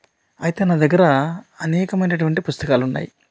అయితే నా దగ్గర అనేకమైనటువంటి పుస్తకాలున్నాయి